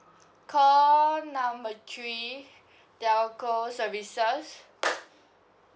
call number three telco services